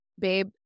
babe